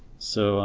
so